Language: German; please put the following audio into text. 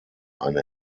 eine